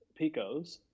Picos